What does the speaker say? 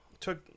Took